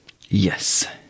yes